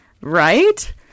right